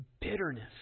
bitterness